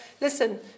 Listen